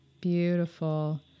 beautiful